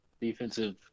defensive